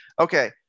Okay